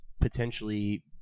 potentially